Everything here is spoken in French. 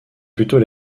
plutôt